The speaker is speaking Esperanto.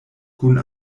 kun